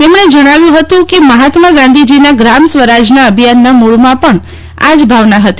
તેમણે જણાવ્યું હતું કે મહાત્મા ગાંધીજીના ગ્રામ સ્વરાજના અભિયાનના મૂળમાં પણ આજ ભાવના હતી